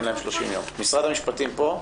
משרד המשפטים פה?